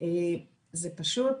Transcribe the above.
זה פשוט,